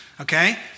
okay